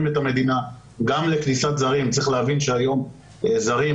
את המדינה גם לכניסת זרים צריך להבין שהיום זרים,